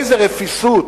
איזו רפיסות,